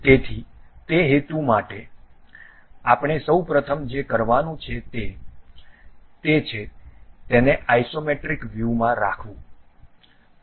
તેથી તે હેતુ માટે આપણે સૌ પ્રથમ જે કરવાનું છે તે છે તેને આઇસોમેટ્રિક વ્યૂમાં રાખવું